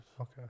Okay